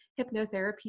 hypnotherapy